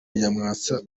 nyamwasa